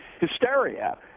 hysteria